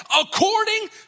according